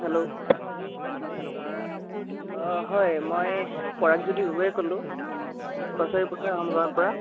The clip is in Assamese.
হেল্ল' অ' হয় মই পৰাগজ্যোতি গগৈয়ে ক'লো কছাৰীপথাৰ আহোম গাঁৱৰ পৰা